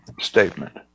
statement